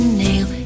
nail